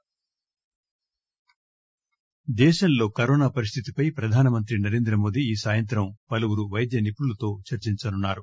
PM దేశంలో corona పరిస్థితిపై ప్రధానమంత్రి నరేంద్రమోదీ ఈ సాయంత్రం పలువురు వైద్యనిపుణులతో చర్చించనున్నారు